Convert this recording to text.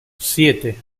siete